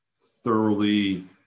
thoroughly